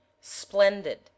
splendid